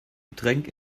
getränk